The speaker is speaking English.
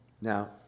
now